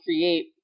create